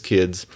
Kids